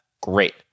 great